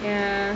ya